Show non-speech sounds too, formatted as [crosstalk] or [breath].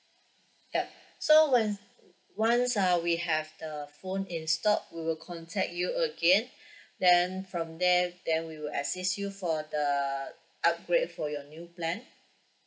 ya [breath] so when once uh we have the phone in stock we'll contact you again [breath] then from there then we will assist you for the upgrade for your new plan